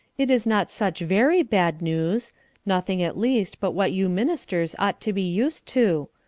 it is not such very bad news nothing, at least, but what you ministers ought to be used to.